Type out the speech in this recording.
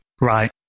Right